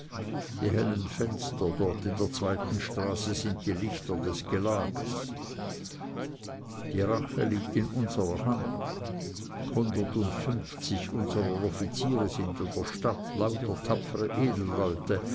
die hellen fenster dort in der zweiten straße sind die lichter des gelages die rache liegt in unsrer hand hundertundfünfzig unserer offiziere sind in der stadt lauter tapfere edelleute